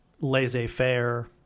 laissez-faire